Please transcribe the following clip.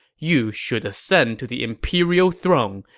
you should ascend to the imperial throne,